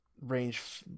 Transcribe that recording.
range